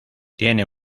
tiene